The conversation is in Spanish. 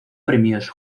premios